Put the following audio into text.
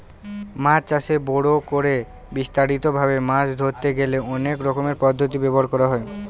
মাছ চাষে বড় করে বিস্তারিত ভাবে মাছ ধরতে গেলে অনেক রকমের পদ্ধতি ব্যবহার করা হয়